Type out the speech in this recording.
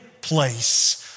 place